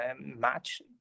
match